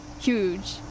huge